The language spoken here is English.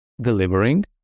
delivering